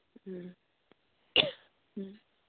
ꯎꯝ ꯎꯝ